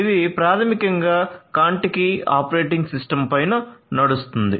ఇది ప్రాథమికంగా కాంటికి ఆపరేటింగ్ సిస్టమ్ పైన నడుస్తుంది